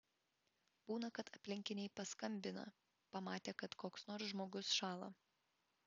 būna kad aplinkiniai paskambina pamatę kad koks nors žmogus šąla